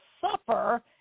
suffer